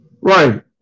Right